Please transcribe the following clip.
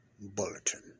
bulletin